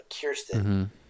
Kirsten